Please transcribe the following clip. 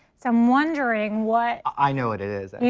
so i'm wondering what i know what it is. i mean